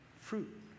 fruit